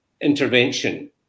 intervention